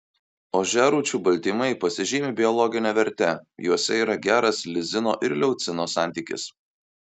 ožiarūčių baltymai pasižymi biologine verte juose yra geras lizino ir leucino santykis